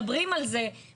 מדברים על זה,